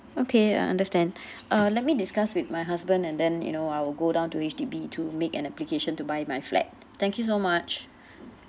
okay I understand uh let me discuss with my husband and then you know I will go down to H_D_B to make an application to buy my flat thank you so much